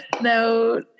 no